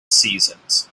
seasons